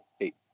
eight